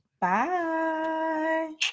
Bye